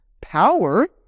Power